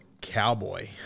Cowboy